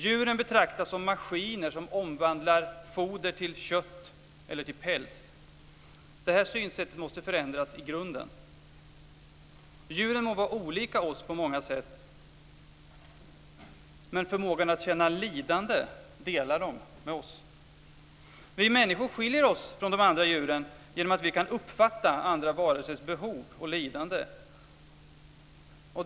Djuren betraktas som maskiner som omvandlar foder till kött eller till päls. Detta synsätt måste förändras i grunden. Djuren må vara olika oss på många sätt, men förmågan att känna lidande delar de med oss. Vi människor skiljer oss från de andra djuren genom att vi kan uppfatta andra varelsers behov och lidande.